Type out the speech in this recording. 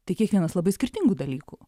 tai kiekvienas labai skirtingų dalykų